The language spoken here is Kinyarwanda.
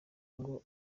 ngo